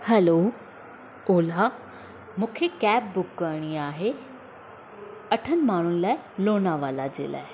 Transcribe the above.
हलो ओल्हा मूंखे cab book करिणी आहे अठनि माण्हुनि लाइ लोनावाला जे लाइ